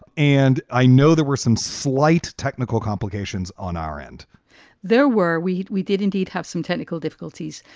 and i know there were some slight technical complications on our end there were we? we did indeed have some technical difficulties.